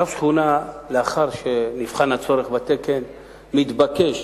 רב שכונה, לאחר שנבחן הצורך בתקן, מתבקש